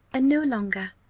and no longer.